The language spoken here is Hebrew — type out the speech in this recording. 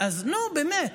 נו, באמת.